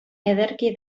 ederki